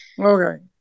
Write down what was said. Okay